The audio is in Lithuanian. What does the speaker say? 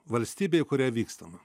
valstybė į kurią vykstama